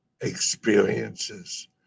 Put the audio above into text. experiences